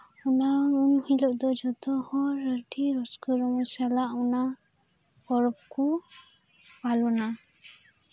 ᱚᱱᱟ ᱦᱤᱞᱳᱜ ᱫᱚ ᱡᱚᱛᱚᱦᱚᱲ ᱟᱹᱰᱤ ᱨᱟᱹᱥᱠᱟᱹ ᱨᱚᱢᱚᱡ ᱥᱟᱞᱟᱜ ᱚᱱᱟ ᱯᱚᱨᱚᱵ ᱠᱚ ᱯᱟᱞᱚᱱᱟ